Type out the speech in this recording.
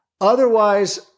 Otherwise